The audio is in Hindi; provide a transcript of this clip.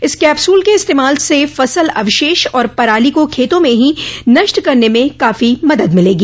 इस कैप्सूल के इस्तेमाल से फसल अवशेष और पराली को खेतों में ही नष्ट करने में काफी मदद मिलेगी